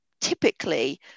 typically